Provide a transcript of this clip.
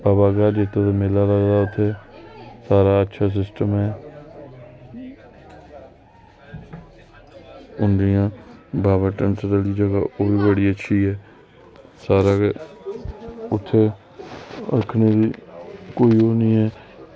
बाबा ग्हार जित्तो दा मेला लगदा उत्थें सारा अच्छा सिस्टम ऐ ते जियां बाबा धनसर आह्ली जगहा ओह्बी बड़ी अच्छी ऐ सारे उत्थें आक्खने गी कोई ओह् निं ऐ